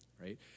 right